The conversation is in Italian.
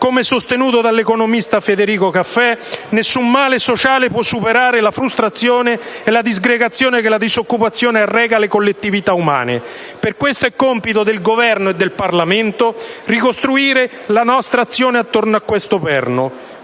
Come sostenuto dall'economista Federico Caffé, nessun male sociale può superare la frustrazione e la disgregazione che la disoccupazione arreca alle collettività umane. Per questo è compito del Governo e del Parlamento ricostruire la nostra azione attorno a questo perno.